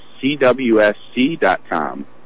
cwsc.com